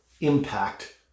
impact